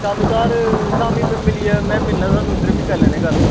शामीं घर में थाह्नूं मिलना ते करी लैनां गल्ल